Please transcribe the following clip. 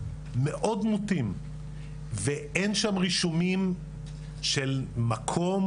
מאוד מוטים ואין שם רישומים של מקום,